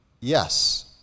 Yes